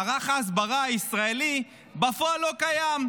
מערך ההסברה הישראלי בפועל לא קיים,